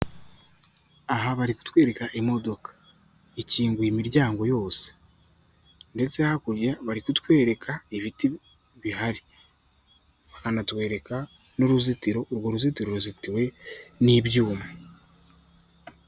Aha bari kutwereka imodoka, ikinguye imiryango yose ndetse hakurya bari kutwereka ibiti bihari, bakanatwereka n'uruzitiro, urwo ruzitiro ruzitiwe n'ibyuma.